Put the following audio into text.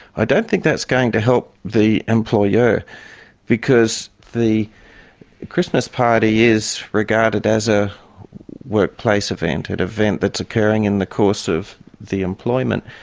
i don't think that's going to help the employer because the christmas party is regarded as a workplace event, an event that's occurring in the course of the employment.